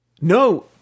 No